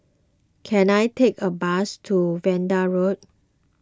can I take a bus to Vanda Road